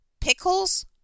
Pickles